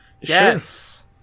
Yes